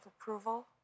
approval